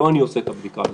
לא אני עושה את הבדיקה הזאת.